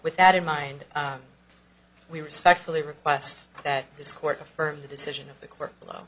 with that in mind we respectfully request that this court affirm the decision of the court below